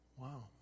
Wow